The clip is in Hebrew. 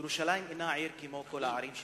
ירושלים אינה עיר כמו כל הערים שבעולם,